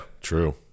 true